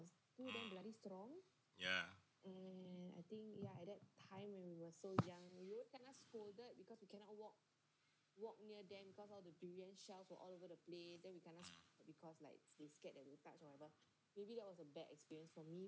mm yeah mm